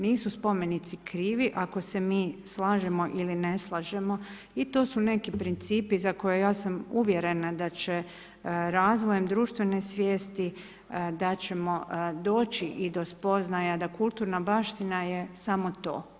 Nisu spomenici krivi ako se mi slažemo ili ne slažemo i to su neki principi za koje, ja sam uvjerena da će razvojem društvene svijesti, da ćemo doći i do spoznaja da kulturna baština je samo to.